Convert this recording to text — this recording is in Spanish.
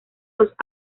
los